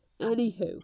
Anywho